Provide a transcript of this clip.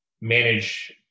manage